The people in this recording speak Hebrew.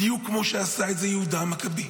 בדיוק כמו שעשה את זה יהודה המכבי,